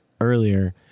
earlier